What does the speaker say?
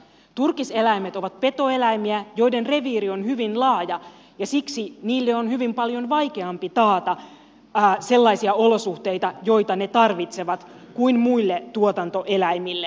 turkiseläimet ovat petoeläimiä joiden reviiri on hyvin laaja ja siksi niille on hyvin paljon vaikeampi taata sellaisia olosuhteita joita ne tarvitsevat kuin muille tuotantoeläimille